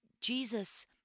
Jesus